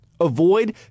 avoid